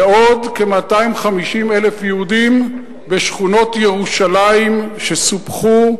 ועוד כ-250,000 יהודים בשכונות ירושלים שסופחו,